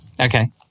Okay